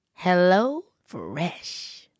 HelloFresh